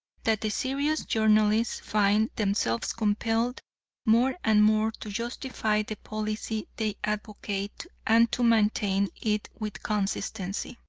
that the serious journalists find themselves compelled more and more to justify the policy they advocate, and to maintain it with consistency.